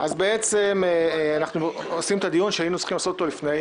בעצם אנחנו מקיימים את הדיון שהיינו צריכים לקיים לפני